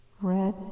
red